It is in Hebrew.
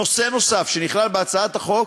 נושא נוסף שנכלל בהצעת החוק